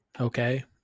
okay